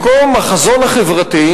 במקום החזון החברתי,